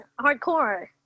hardcore